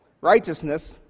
righteousness